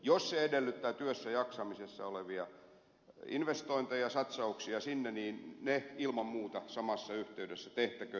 jos se edellyttää työssäjaksamisessa olevia investointeja satsauksia sinne niin ne ilman muuta samassa yhteydessä tehtäköön